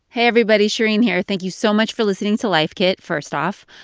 hey, everybody. shereen here. thank you so much for listening to life kit, first off.